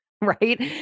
right